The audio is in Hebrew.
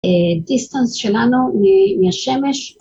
דיסטנס שלנו מהשמש.